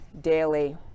daily